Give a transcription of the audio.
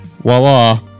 Voila